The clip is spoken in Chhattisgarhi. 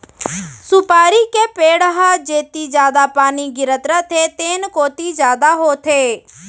सुपारी के पेड़ ह जेती जादा पानी गिरत रथे तेन कोती जादा होथे